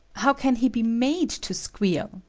how can he be made to squeal?